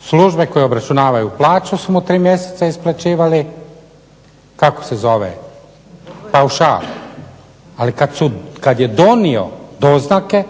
Službe koje obračunavaju plaću su mu tri mjeseca isplaćivali kako se zove paušal, ali kad je donio doznake